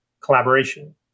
collaboration